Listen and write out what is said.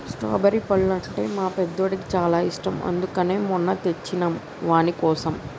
strawberry పండ్లు అంటే మా పెద్దోడికి చాలా ఇష్టం అందుకనే మొన్న తెచ్చినం వానికోసం